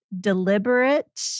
deliberate